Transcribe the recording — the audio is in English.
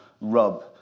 rub